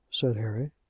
said harry.